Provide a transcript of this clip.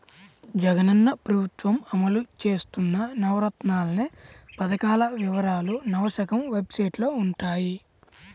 జగనన్న ప్రభుత్వం అమలు చేత్తన్న నవరత్నాలనే పథకాల వివరాలు నవశకం వెబ్సైట్లో వుంటయ్యి